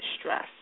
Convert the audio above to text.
stress